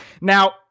now